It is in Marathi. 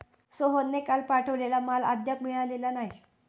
सोहनने काल पाठवलेला माल अद्याप मिळालेला नाही